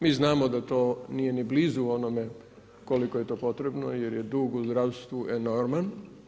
Mi znamo da to nije ni blizu onome koliko je to potrebno jer je dug u zdravstvu enorman.